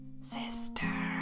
Sister